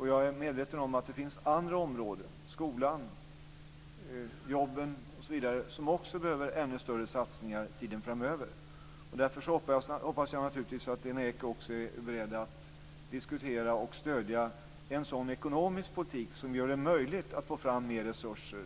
Jag är medveten om att det finns andra områden, som skolan och jobben, som också behöver ännu större satsningar tiden framöver. Därför hoppas jag naturligtvis att Lena Ek också är beredd att diskutera och stödja en ekonomisk politik som gör det möjligt att få fram mer resurser